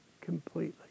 completely